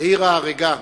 "בעיר ההרגה".